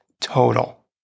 Total